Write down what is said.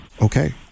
Okay